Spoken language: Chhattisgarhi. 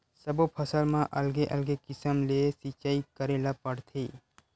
सब्बो फसल म अलगे अलगे किसम ले सिचई करे ल परथे